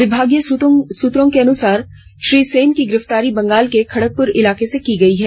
विभागीय सुत्रों के अनुसार श्री सेन की गिरफ्तारी बंगाल के खड़गपुर इलाके से की गई है